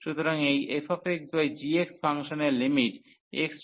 সুতরাং এই fxgx ফাংশনের লিমিট x→∞